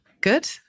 Good